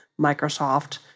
Microsoft